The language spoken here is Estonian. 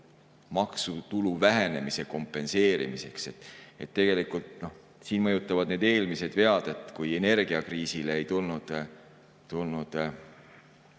maksutulu vähenemise kompenseerimiseks. Tegelikult siin mõjutavad eelmised vead, kui energiakriisile ei tulnud kiiret